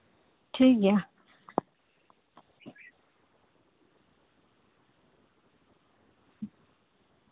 ᱴᱷᱤᱠᱜᱮᱭᱟ